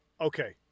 Okay